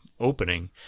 opening